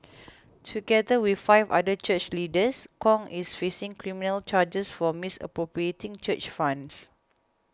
together with five other church leaders Kong is facing criminal charges for misappropriating church funds